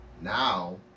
now